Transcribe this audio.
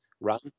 run